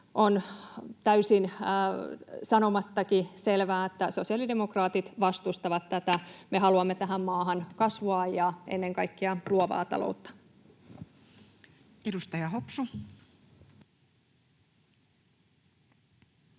joten on sanomattakin täysin selvää, että sosiaalidemokraatit vastustavat tätä. Me haluamme tähän maahan kasvua ja ennen kaikkea luovaa taloutta. Edustaja Hopsu.